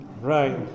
Right